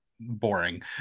boring